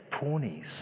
ponies